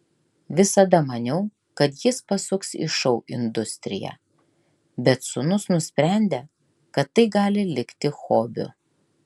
visada maniau kad jis pasuks į šou industriją bet sūnus nusprendė kad tai gali likti hobiu